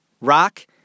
rock